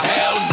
Hell